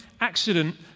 accident